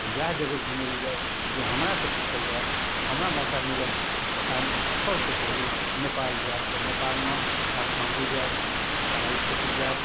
वएह जगह घुमैलए जाए तऽ जँ हमरासँ पूछल जाए जँ हमरा मौका मिलत तऽ हम सबसँ पहिले नेपाल जाएब आओर नेपालमे काठमाण्डू जाएब तराइ क्षेत्र जाएब